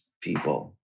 people